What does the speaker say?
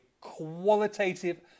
qualitative